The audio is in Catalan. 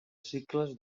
cicles